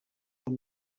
amb